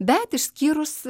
bet išskyrus